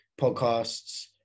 podcasts